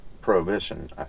Prohibition